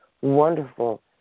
wonderful